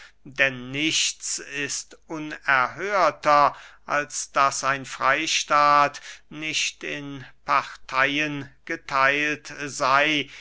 denn nichts ist unerhörter als daß ein freystaat nicht in parteyen getheilt sey